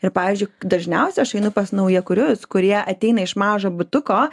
ir pavyzdžiui dažniausiai aš einu pas naujakurius kurie ateina iš mažo butuko